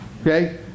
Okay